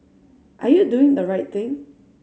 are you doing the right thing